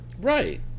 Right